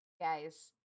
Guys